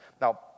Now